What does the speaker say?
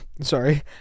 sorry